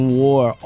war